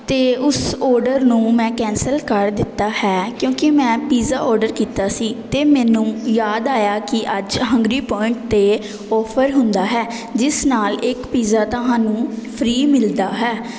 ਅਤੇ ਉਸ ਔਰਡਰ ਨੂੰ ਮੈਂ ਕੈਂਸਲ ਕਰ ਦਿੱਤਾ ਹੈ ਕਿਉਂਕਿ ਮੈਂ ਪੀਜ਼ਾ ਔਰਡਰ ਕੀਤਾ ਸੀ ਅਤੇ ਮੈਨੂੰ ਯਾਦ ਆਇਆ ਕਿ ਅੱਜ ਹੰਗਰੀ ਪੁਆਇੰਟ 'ਤੇ ਔਫਰ ਹੁੰਦਾ ਹੈ ਜਿਸ ਨਾਲ ਇੱਕ ਪੀਜ਼ਾ ਤਾਂ ਤੁਹਾਨੂੰ ਫ੍ਰੀ ਮਿਲਦਾ ਹੈ